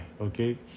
okay